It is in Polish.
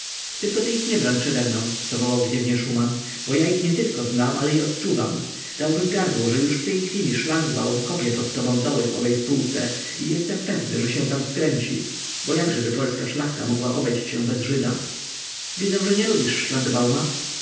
tylkoż ty ich nie broń przedemną zawołał gniewnie szuman bo ja ich nietylko znam ale i odczuwam dałbym gardło że już w tej chwili szlangbaum kopie pod tobą doły w owej spółce i jestem pewny że się tam wkręci bo jakżeby polska szlachta mogła obejść się bez żyda widzę że nie lubisz